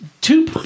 two